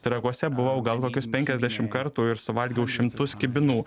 trakuose buvau gal kokius penkiasdešim kartų ir suvalgiau šimtus kibinų